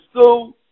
School